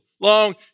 long